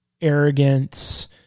arrogance